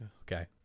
okay